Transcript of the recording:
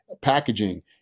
packaging